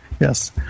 Yes